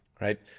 right